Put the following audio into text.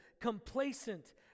complacent